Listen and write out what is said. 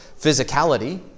Physicality